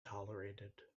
tolerated